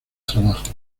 trabajos